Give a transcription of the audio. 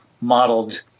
modeled